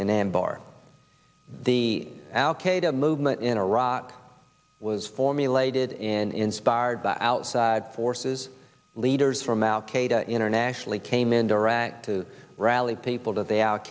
and then bar the al qaeda movement in iraq was formulated and inspired by outside forces leaders from al qaeda internationally came into iraq to rally people that they al